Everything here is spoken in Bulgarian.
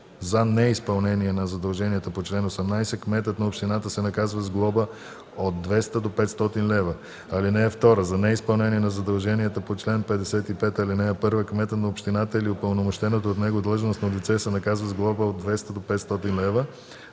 За неизпълнение на задълженията по чл. 18 кметът на общината се наказва с глоба от 200 до 500 лв. (2) За неизпълнение на задълженията по чл. 55, ал. 1 кметът на общината или упълномощеното от него длъжностно лице се наказва с глоба от 200 до 500 лв.